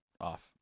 off